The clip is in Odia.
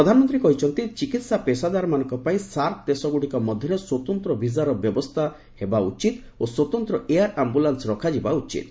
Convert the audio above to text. ପ୍ରଧାନମନ୍ତ୍ରୀ କହିଛନ୍ତି ଚିକିତ୍ସା ପେସାଦାରମାନଙ୍କ ପାଇଁ ସାର୍କ ଦେଶଗୁଡ଼ିକ ମଧ୍ୟରେ ସ୍ୱତନ୍ତ ଭିସାର ବ୍ୟବସ୍ଥା ହେବା ଉଚିତ୍ ଓ ସ୍ୱତନ୍ତ୍ର ଏୟାର୍ ଆମ୍ଭୁଲାନ୍ସ ରଖାଯିବା ଉଚିତ୍